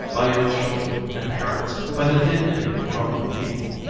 by your children and parents, by the dignity of the roman people,